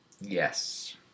Yes